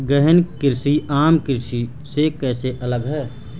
गहन कृषि आम कृषि से कैसे अलग है?